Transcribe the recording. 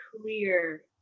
clear